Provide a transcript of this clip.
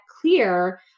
clear